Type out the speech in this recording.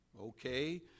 okay